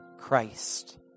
Christ